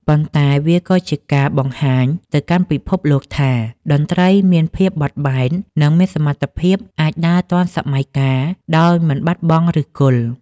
ប៉ុន្តែវាក៏ជាការបង្ហាញទៅកាន់ពិភពលោកថា តន្ត្រីខ្មែរមានភាពបត់បែន និងមានសមត្ថភាពអាចដើរទាន់សម័យកាលដោយមិនបាត់បង់ឫសគល់។